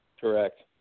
Correct